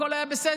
הכול היה בסדר,